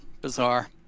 bizarre